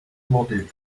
plodded